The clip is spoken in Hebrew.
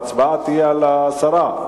ההצבעה תהיה על ההסרה.